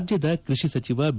ರಾಜ್ಯದ ಕೈಷಿ ಸಚಿವ ಬಿ